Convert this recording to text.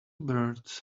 birds